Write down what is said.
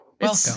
Welcome